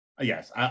Yes